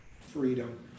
freedom